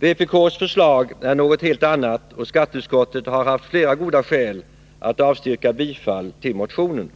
Vpk:s förslag är något helt annat, och skatteutskottet har haft flera goda skäl att avstyrka bifall till motionen.